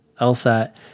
LSAT